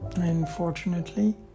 Unfortunately